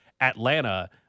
Atlanta